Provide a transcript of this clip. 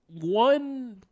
one